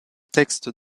textes